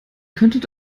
könntet